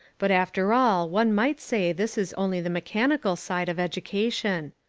but after all one might say this is only the mechanical side of education.